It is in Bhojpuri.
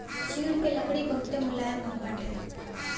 चीड़ के लकड़ी बहुते मुलायम होत बाटे